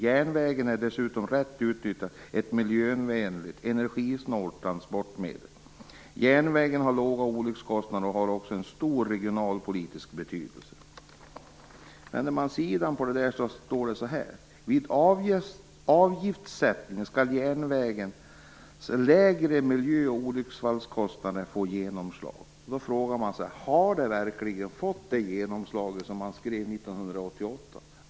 Järnvägen är dessutom rätt utnyttjad ett miljövänligt och energisnålt transportmedel. Järnvägen har låga olyckskostnader och har också en stor regionalpolitisk betydelse." Vänder man sida står det så här: "Vid avgiftssättningen skall järnvägens lägre miljö och olyckskostnader få genomslag." Då frågar man sig: Har de verkligen fått det genomslag som man skrev om 1998?